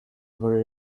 were